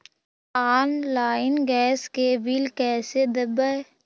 Online gas के bill कैसे देबै?